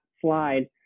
slide